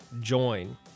join